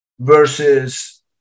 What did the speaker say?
versus